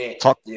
talk